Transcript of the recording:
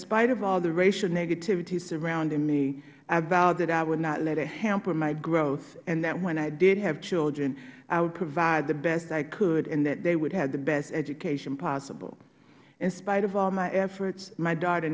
spite of all the racial negativity surrounding me i vowed that i would not let it hamper my growth and that when i had children i would provide the best i could and that they would have the best education possible in spite of all my efforts my daughter